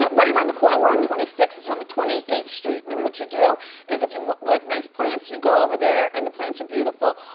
but right around the corner, we're on twenty sixth, it's on twenty eighth street and and what you do is if you like nice plants you go over there and the plants are beautiful.